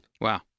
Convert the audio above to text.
wow